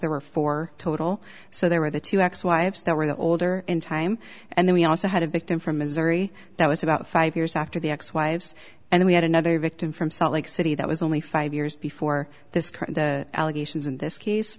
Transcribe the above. there were four total so there were the two ex wives that were the older in time and then we also had a victim from missouri that was about five years after the ex wives and we had another victim from salt lake city that was only five years before this crime the allegations in this case